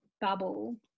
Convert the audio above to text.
bubble